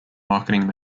marketing